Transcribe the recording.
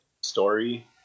story